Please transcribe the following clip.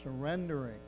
Surrendering